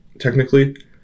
technically